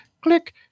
click